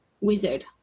wizard